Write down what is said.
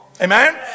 amen